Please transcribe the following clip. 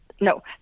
no